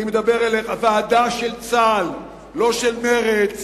ועדה של צה"ל, לא של מרצ,